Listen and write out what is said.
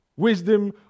wisdom